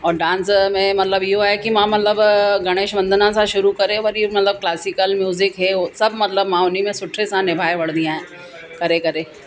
और डांस में मतिलब इहो आहे की मां मतिलब गणेश वंदना सां शुरू करे वरी मतिलब क्लासिकल म्यूजिक हे हो सभु मतिलब मां उनमें सुठे सां निभाए वठंदी आहियां करे करे